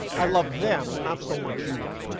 i love them, not so much you all.